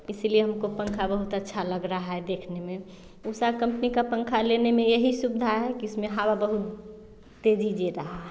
इसी लिए हम को पंखा बहुत अच्छा लग रहा है देखने में उषा कम्पनी का पंखा लेने में यही सुविधा है कि इस में हवा बहुत तेज़ दे रहा है